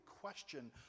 question